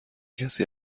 کسی